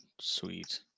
sweet